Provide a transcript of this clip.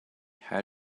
how